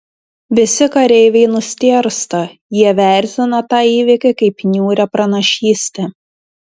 visi kareiviai nustėrsta jie vertina tą įvykį kaip niūrią pranašystę